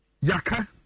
Yaka